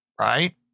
Right